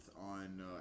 on